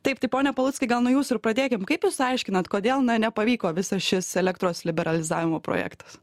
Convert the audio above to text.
taip tai pone paluckai gal nuo jūsų ir pradėkim kaip jūs aiškinat kodėl nepavyko visas šis elektros liberalizavimo projektas